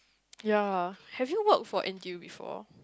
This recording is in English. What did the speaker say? ya have you walk for interview before